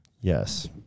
Yes